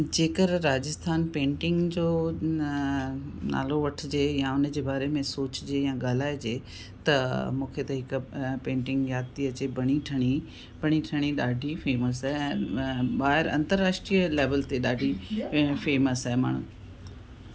जेकर राजस्थान पेंटिंग जो नालो वठिजे या उन जे बारे में सोचिजे या ॻाल्हाइजे त मूंखे त हिकु पेंटिंग यादि थी अचे बणी ठणी बणी ठणी ॾाढी फेमस आहे ॿाहिरि अंतरराष्ट्रीय लेवल ते ॾाढी फेमस आहे माना